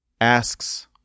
asks